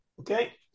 Okay